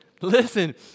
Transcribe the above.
listen